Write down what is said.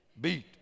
beat